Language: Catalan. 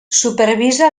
supervisa